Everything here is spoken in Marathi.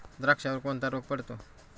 द्राक्षावर कोणता रोग पडतो?